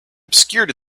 obscured